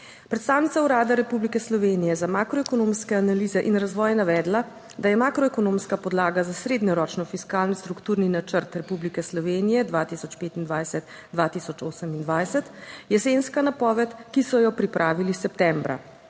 Predstavnica Urada Republike Slovenije za makroekonomske analize in razvoj je navedla, da je makroekonomska podlaga za srednjeročno fiskalno strukturni načrt Republike Slovenije 2025-2028 jesenska napoved, ki so jo pripravili septembra.